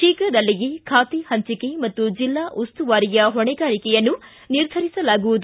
ಶೀಘದಲ್ಲಿಯೇ ಖಾತೆ ಹಂಚಿಕೆ ಮತ್ತು ಜಿಲ್ಲಾ ಉಸ್ತುವಾರಿಯ ಹೊಣೆಗಾರಿಕೆಯನ್ನು ನಿರ್ಧರಿಸಲಾಗುವುದು